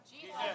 Jesus